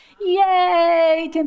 Yay